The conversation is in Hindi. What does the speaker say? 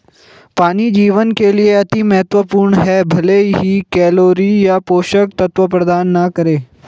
पानी जीवन के लिए अति महत्वपूर्ण है भले ही कैलोरी या पोषक तत्व प्रदान न करे